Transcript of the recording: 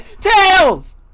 Tails